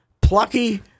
plucky